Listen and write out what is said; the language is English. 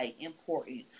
important